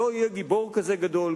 שלא יהיה גיבור כזה גדול,